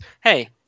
Hey